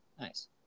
Nice